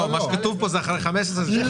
כתוב כאן שזה אחרי 15 שנים.